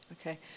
Okay